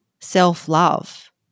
self-love